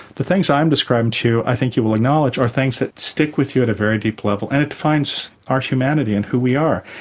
the things i am describing to you i think you will acknowledge are things that stick with you at a very deep level and it defines our humanity and who we are.